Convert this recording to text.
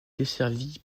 desservie